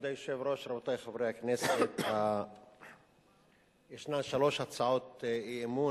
רבותי חברי הכנסת, יש שלוש הצעות אי-אמון.